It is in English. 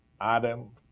Adam